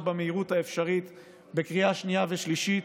במהירות האפשרית גם בקריאה שנייה ושלישית,